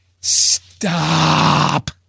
Stop